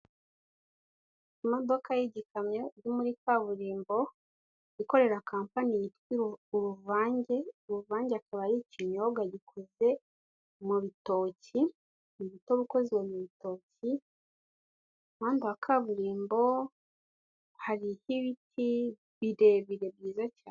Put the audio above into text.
Imodoka y'igikamyo iri muri kaburimbo, ikorera kampani yitwa Uruvange, Uruvange akaba ari ikinyobwa gikoze mu bitoki, umutobe ukozwe mu bitoki, ku muhanda wa kaburimbo hariho ibiti birebire byiza cyane.